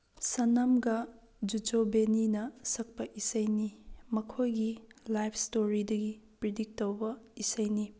ꯁꯅꯝꯒ ꯖꯨꯆꯣꯕꯦꯅꯤꯅ ꯁꯛꯄ ꯏꯁꯩꯅꯤ ꯃꯈꯣꯏꯒꯤ ꯂꯥꯏꯐ ꯁ꯭ꯇꯣꯔꯤꯗꯒꯤ ꯄ꯭ꯔꯤꯗꯤꯛ ꯇꯧꯕ ꯏꯁꯩꯅꯤ